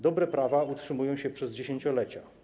Dobre prawa utrzymują się przez dziesięciolecia.